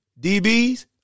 DBs